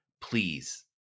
please